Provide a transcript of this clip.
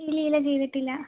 ഇല്ല ഇല്ല ചെയ്തിട്ടില്ല